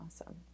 Awesome